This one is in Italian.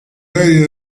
lei